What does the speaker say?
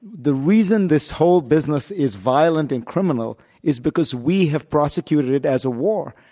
the reason this whole business is violent and criminal is because we have prosecuted it as a war.